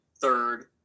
third